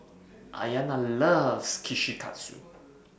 Aiyana loves Kushikatsu